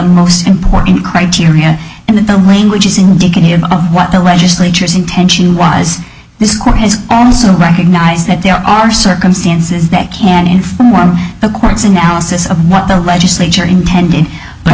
most important criteria and that the language is indicative of what the legislatures intention was this court has recognized that there are circumstances that can inform the court's analysis of what the legislature intended but